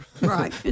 Right